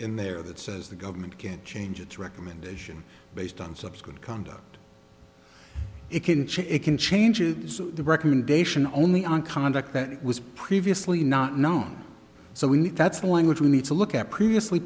in there that says the government can change its recommendation based on subsequent conduct it can change it can change is the recommendation only on conduct that was previously not known so we need that's the language we need to look at previously